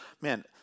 man